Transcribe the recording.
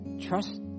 trust